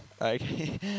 Okay